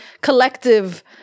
collective